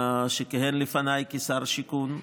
שכיהן לפניי כשר השיכון,